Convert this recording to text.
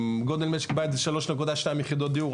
גודל משק בית זה 3.2 יחידות דיור,